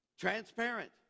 transparent